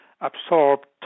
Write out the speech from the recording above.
absorbed